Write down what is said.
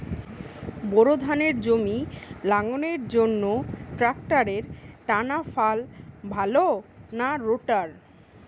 Bore ধানের জমি লাঙ্গলের জন্য ট্রাকটারের টানাফাল ভালো না রোটার?